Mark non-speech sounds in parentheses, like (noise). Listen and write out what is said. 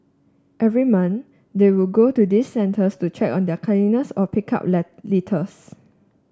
every month they would go to these centres to check on their cleanliness or pick up (unintelligible) litters